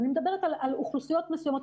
אני מדברת על אוכלוסיות מסוימות,